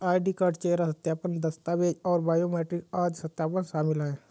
ID card, चेहरा सत्यापन, दस्तावेज़ और बायोमेट्रिक आदि सत्यापन शामिल हैं